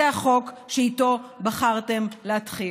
זה החוק שאיתו בחרתם להתחיל.